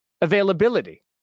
availability